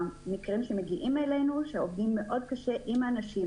מגיעים אלינו מקרים קשים מאוד של אנשים,